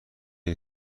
این